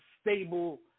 stable